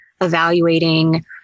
evaluating